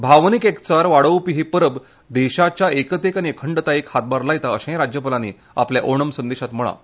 भावनिक एकचार वाडोवपी ही परब देशाच्या एकतेक आनी अखंडतायेक हातभार लायता अशेंय राज्यपालांनी आपल्या ओणम संदेशांत म्हळां